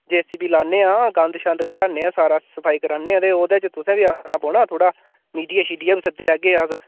जे सी बी लान्ने आं गंद शंद कढाने आं सारा सफाई कराने आं ते ओह्दे च तुसें बी आना पौना थोह्ड़ा मीडिया शीडिया बी सद्धी लेगै अस